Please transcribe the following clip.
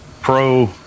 Pro